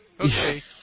Okay